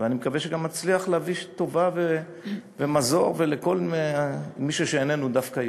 ואני מקווה שגם מצליח להביא טובה ומזור לכל מישהו שאיננו דווקא יהודי.